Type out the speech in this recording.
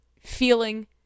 feeling